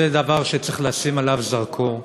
זה דבר שצריך לשים עליו זרקור.